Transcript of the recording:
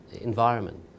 environment